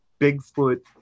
Bigfoot